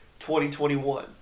2021